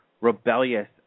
rebellious